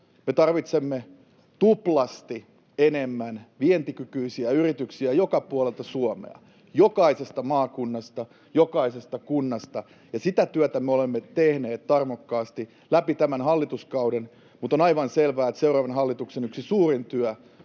Me tarvitsemme tuplasti enemmän vientikykyisiä yrityksiä joka puolelta Suomea, jokaisesta maakunnasta, jokaisesta kunnasta, ja sitä työtä me olemme tehneet tarmokkaasti läpi tämän hallituskauden. Mutta on aivan selvää, että yksi seuraavan hallituksen suurimmista